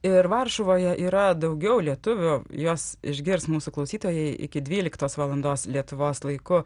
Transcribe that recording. ir varšuvoje yra daugiau lietuvių juos išgirs mūsų klausytojai iki dvyliktos valandos lietuvos laiku